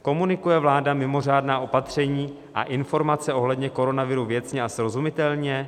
Komunikuje vláda mimořádná opatření a informace ohledně koronaviru věcně a srozumitelně?